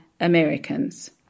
Americans